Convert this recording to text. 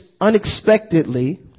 unexpectedly